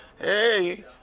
hey